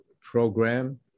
program